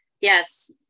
Yes